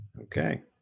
okay